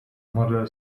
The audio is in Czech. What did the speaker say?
modlil